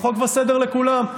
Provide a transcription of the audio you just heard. וחוק וסדר לכולם.